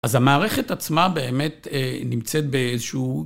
אז המערכת עצמה באמת נמצאת באיזשהו...